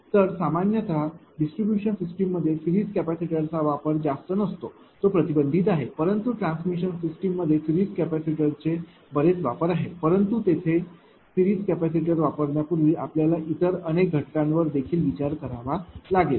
तर सामान्यत distribution system मध्ये सिरीज कॅपेसिटरचा वापर जास्त नसतो तो प्रतिबंधित आहे परंतु ट्रान्समिशन सिस्टम मध्ये सिरीज कॅपेसिटरचे बरेच वापर आहेत परंतु तेथे सिरीज कॅपेसिटर वापरण्यापूर्वी आपल्याला इतर अनेक घटकांवर देखील विचार करावा लागेल